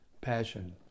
passion